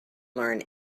learn